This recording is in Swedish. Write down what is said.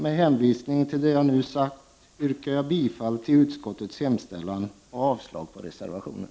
Med hänvisning till det jag nu har sagt yrkar jag bifall till utskottets hemställan och avslag på reservationen.